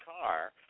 car